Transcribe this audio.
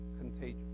contagious